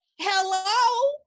Hello